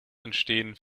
entstehen